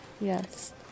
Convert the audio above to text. Yes